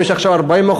אם יש עכשיו 40%,